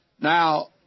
Now